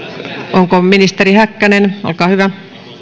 onko ministeri häkkänen olkaa hyvä arvoisa puhemies